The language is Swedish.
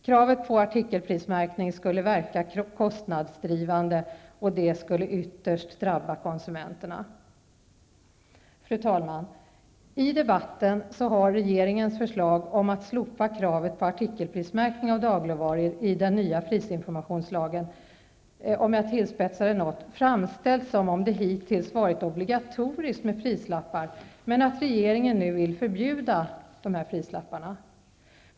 Kravet på artikelprismärkning skulle verka kostnadsdrivande, och det skulle ytterst drabba konsumenterna. Fru talman! I debatten har regeringens förslag om att slopa kravet på artikelprismärkning av dagligvaror i den nya prisinformationslagen något tillspetsat framställts som om det hittills har varit obligatoriskt med prislappar, men att regeringen nu vill förbjuda prislappar.